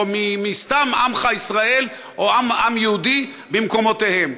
או מסתם עמך ישראל או עם יהודי, במקומותיהם?